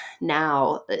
now